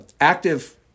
active